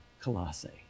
Colossae